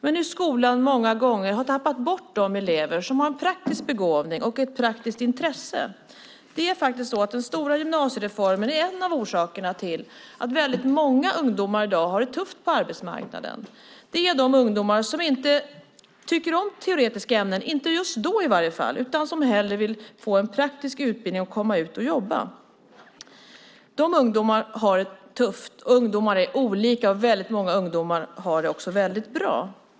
Skolan tappar många gånger bort de elever som har en praktisk begåvning och ett praktiskt intresse. Den stora gymnasiereformen är en av orsakerna till att många ungdomar har det tufft på arbetsmarknaden i dag. Det är de ungdomar som inte tycker om teoretiska ämnen, inte just då i alla fall, utan hellre vill få en praktisk utbildning och komma ut och jobba. De ungdomarna har det tufft. Ungdomar är olika; många ungdomar har det också väldigt bra.